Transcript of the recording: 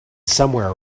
somewhere